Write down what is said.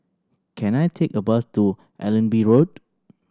can I take a bus to Allenby Road